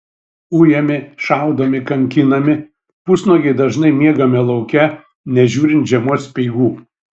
ujami šaudomi kankinami pusnuogiai dažnai miegame lauke nežiūrint žiemos speigų